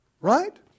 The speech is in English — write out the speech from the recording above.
right